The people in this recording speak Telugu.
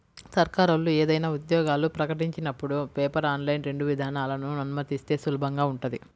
సర్కారోళ్ళు ఏదైనా ఉద్యోగాలు ప్రకటించినపుడు పేపర్, ఆన్లైన్ రెండు విధానాలనూ అనుమతిస్తే సులభంగా ఉంటది